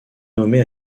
nommé